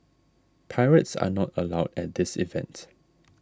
pirates are not allowed at this event